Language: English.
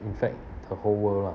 in fact the whole world lah